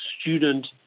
student